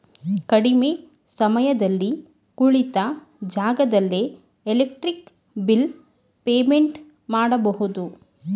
ಕಡಿಮೆ ಸಮಯದಲ್ಲಿ ಕುಳಿತ ಜಾಗದಲ್ಲೇ ಎಲೆಕ್ಟ್ರಿಕ್ ಬಿಲ್ ಪೇಮೆಂಟ್ ಮಾಡಬಹುದು